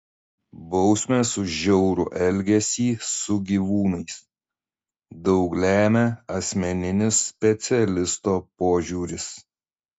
bausmės už žiaurų elgesį su gyvūnais daug lemia asmeninis specialisto požiūris